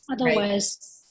Otherwise